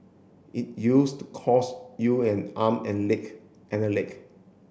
it used to cost you an arm and leg and a leg